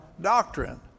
doctrine